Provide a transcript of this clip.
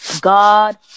god